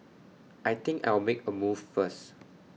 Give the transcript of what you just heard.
I think I'll make A move first